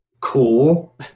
Cool